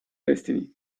destiny